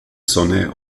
sonne